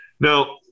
Now